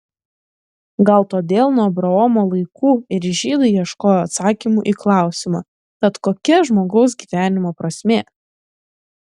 gal todėl nuo abraomo laikų ir žydai ieškojo atsakymų į klausimą tad kokia žmogaus gyvenimo prasmė